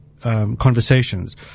conversations